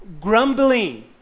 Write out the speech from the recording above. grumbling